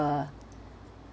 uh